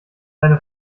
deine